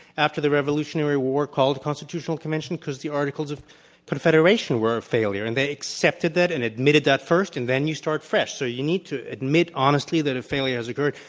after the revolutionary war, called a constitutional convention because the articles of confederation were a failure, and they accepted that and admitted that first, and then you start fresh. so you need to admit honestly that a failure has occurred,